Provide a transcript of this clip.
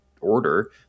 order